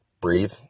breathe